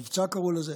"מבצע", קראו לזה,